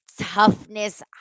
toughness